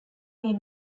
may